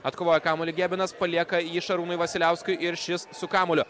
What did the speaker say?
atkovojo kamuolį gebinas palieka jį šarūnui vasiliauskui ir šis su kamuoliu